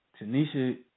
Tanisha